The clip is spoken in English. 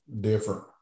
different